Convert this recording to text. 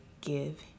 give